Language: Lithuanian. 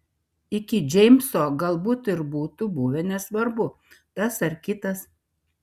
iki džeimso galbūt ir būtų buvę nesvarbu tas ar kitas